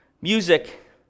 music